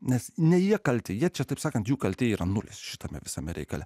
nes ne jie kalti jie čia taip sakant jų kaltė yra nulis šitame visame reikale